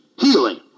healing